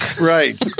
Right